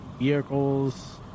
vehicles